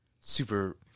super